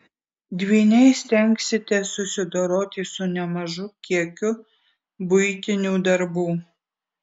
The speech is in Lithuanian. dvyniai stengsitės susidoroti su nemažu kiekiu buitinių darbų